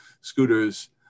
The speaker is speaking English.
scooters